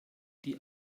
die